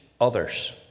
others